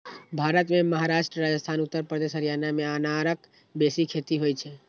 भारत मे महाराष्ट्र, राजस्थान, उत्तर प्रदेश, हरियाणा मे अनारक बेसी खेती होइ छै